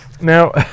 Now